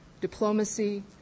diplomacy